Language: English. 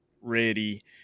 ready